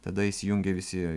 tada įsijungė visi